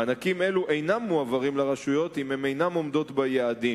מענקים אלו אינם מועברים לרשויות אם הם אינן עומדות ביעדים,